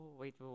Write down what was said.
wait